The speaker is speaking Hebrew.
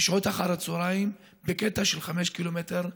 בשעות אחר הצוהריים, בקטע של חמישה קילומטר,